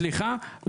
סליחה,